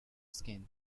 skin